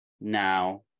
now